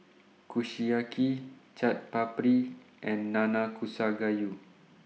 Kushiyaki Chaat Papri and Nanakusa Gayu